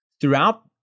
Throughout